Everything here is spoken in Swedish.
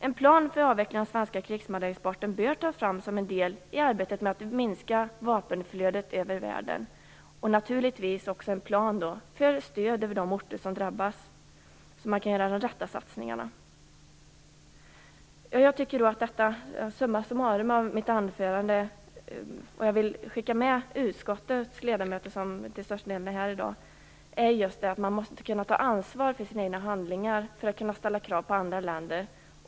En plan för avveckling av den svenska krigsmaterielexporten bör tas fram som en del i arbetet med att minska vapenflödet i världen, och naturligtvis behövs det även en plan för stöd till de orter som drabbas så att man kan göra de rätta satsningarna. Vad jag summa summarum vill skicka med utskottets ledamöter som till stor del är här i dag är just att man måste ta ansvar för sina egna handlingar för att kunna ställa krav på andra länder.